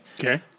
Okay